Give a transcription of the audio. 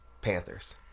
Panthers